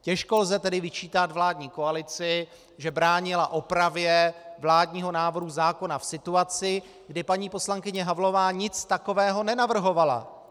Těžko lze tedy vyčítat vládní koalici, že bránila opravě vládního návrhu zákona v situaci, kdy paní poslankyně Havlová nic takového nenavrhovala.